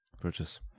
purchase